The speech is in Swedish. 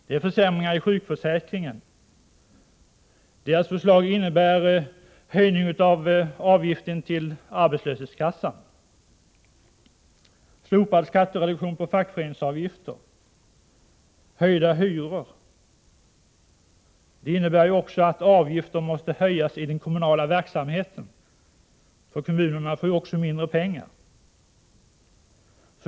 Det är försämringar i sjukförsäkringen, höjning av avgiften till arbetslöshetskassan, slopande av skattereduktionen för fackföreningsavgiften, höjda hyror osv. Deras förslag innebär vidare att avgifter måste höjas i den kommunala verksamheten, för kommunerna får också mindre pengar.